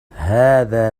هذا